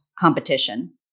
competition